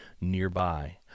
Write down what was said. nearby